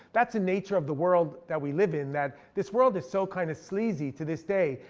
that's a nature of the world that we live in that this world is so kind of sleazy to this day.